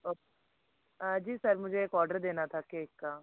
okay ji sir मुझे एक order देना था केक का